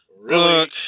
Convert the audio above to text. Look